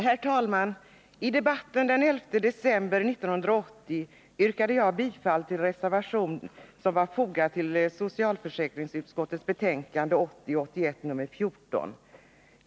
Herr talman! I debatten den 11 december 1980 yrkade jag bifall till en reservation, som var fogad till socialförsäkringsutskottets betänkande 1980/81:14.